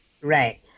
Right